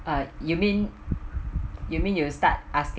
uh you mean you mean you start asking ah